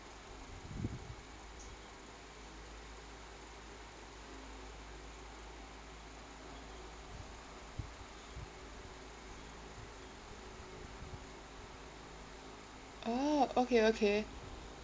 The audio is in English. oh okay okay